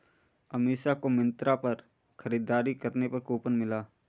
अमीषा को मिंत्रा पर खरीदारी करने पर कूपन मिला